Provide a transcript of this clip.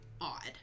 odd